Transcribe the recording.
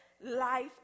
life